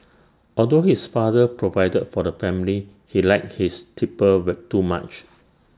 although his father provided for the family he liked his tipple were too much